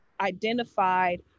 identified